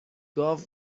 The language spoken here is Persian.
گاو